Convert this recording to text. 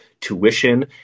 tuition